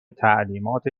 تعلیمات